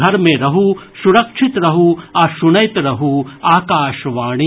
घर मे रहू सुरक्षित रहू आ सुनैत रहू आकाशवाणी